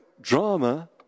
drama